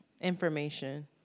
information